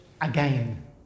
again